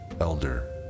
elder